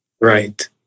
Right